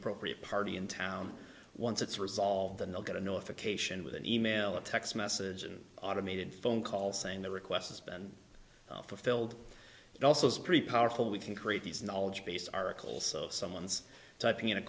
appropriate party in town once it's resolved the no get a notification with an email or text message and automated phone call saying the request has been fulfilled it also is pretty powerful we can create these knowledge base articles so if someone's typing in a